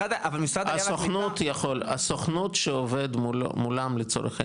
הסוכנות יכול, הסוכנות שעובד מולם, לצורך העניין,